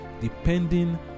depending